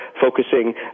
focusing